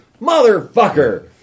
motherfucker